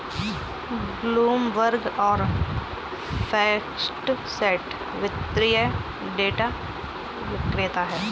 Bloomberg और FactSet वित्तीय data विक्रेता हैं